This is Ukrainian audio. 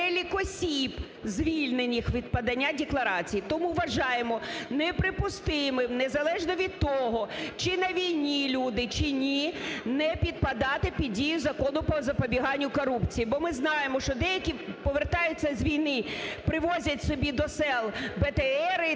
звільнених від подання декларацій. Тому вважаємо неприпустимим, незалежно від того чи на війні люди, чи ні, не підпадати під дію Закону по запобіганню корупції, бо ми знаємо, що деякі повертаються з війни, привозять собі до сіл БТРи,